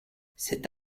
cet